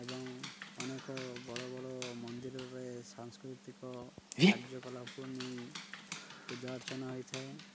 ଏବଂ ଅନେକ ବଡ଼ ବଡ଼ ମନ୍ଦିରରେ ସାଂସ୍କୃତିକ କାର୍ଯ୍ୟକଳାପକୁ ନେଇ ପୂଜା ଅର୍ଚ୍ଚନା ହେଇଥାଏ